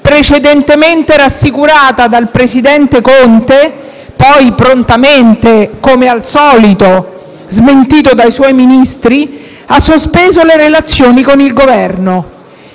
precedentemente rassicurata dal presidente Conte, poi prontamente, come al solito, smentito dai suoi Ministri, ha sospeso le relazioni con il Governo.